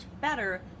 better